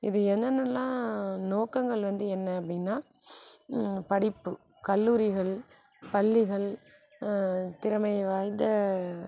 இது என்னென்னலாம் நோக்கங்கள் வந்து என்ன அப்படின்னா படிப்பு கல்லூரிகள் பள்ளிகள் திறமை வாய்ந்த